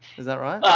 is that right?